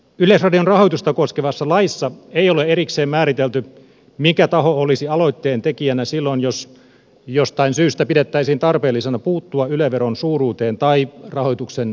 yleisradion rahoitusta koskevassa laissa ei ole erikseen määritelty mikä taho olisi aloitteentekijänä silloin jos jostain syystä pidettäisiin tarpeellisena puuttua yle veron suuruuteen tai rahoituksen indeksiin